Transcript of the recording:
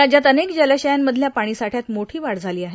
राज्यात अनेक जलाशयांमधल्या पाणीसाठचात मोठी वाढ झाली आहे